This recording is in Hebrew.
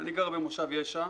אני גר במושב ישע.